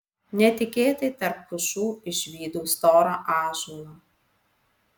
netikėtai tarp pušų išvydau storą ąžuolą